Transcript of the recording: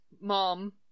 mom